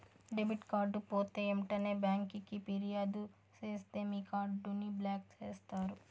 debit card పోతే ఎంటనే బ్యాంకికి ఫిర్యాదు సేస్తే మీ కార్డుని బ్లాక్ చేస్తారు